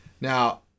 Now